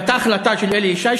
הייתה החלטה של אלי ישי,